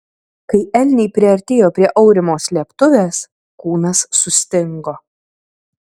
kai elniai priartėjo prie aurimo slėptuvės kūnas sustingo